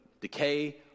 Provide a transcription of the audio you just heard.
decay